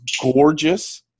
gorgeous